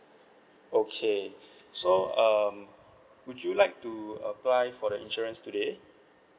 okay so um would you like to apply for the insurance today